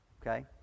okay